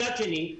מצד שני,